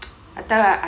I tell ah